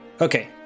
Okay